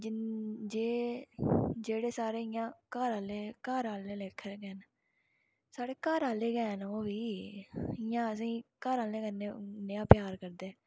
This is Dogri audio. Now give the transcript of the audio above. जे जेह्ड़े सारे इ'यां घर आह्ले घर आह्ले लेखै गै न साढ़े घर आह्ले गै न ओह् बी इ'यां असें घर आह्लें कन्नै नेहा प्यार करदे